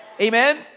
Amen